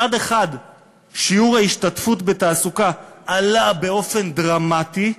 מצד אחד שיעור ההשתתפות בתעסוקה עלה באופן דרמטי,